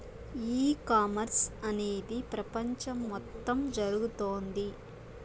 ఈ కామర్స్ అనేది ప్రపంచం మొత్తం జరుగుతోంది